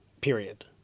period